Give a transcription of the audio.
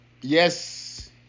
Yes